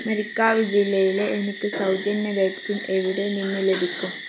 മരിക്കാവ് ജില്ലയിൽ എനിക്ക് സൗജന്യ വാക്സിൻ എവിടെ നിന്ന് ലഭിക്കും